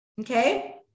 Okay